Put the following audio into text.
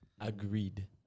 Agreed